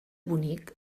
bonic